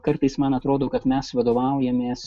kartais man atrodo kad mes vadovaujamės